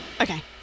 Okay